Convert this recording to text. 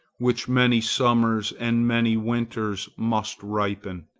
which many summers and many winters must ripen.